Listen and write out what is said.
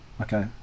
Okay